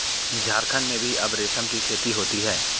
झारखण्ड में भी अब रेशम की खेती होती है